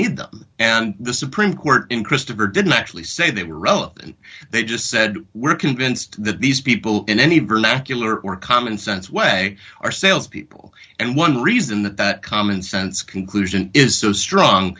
need them and the supreme court in christopher didn't actually say they were relevant they just said we're convinced that these people in any vernacular or commonsense way are salespeople and one reason that that commonsense conclusion is so strong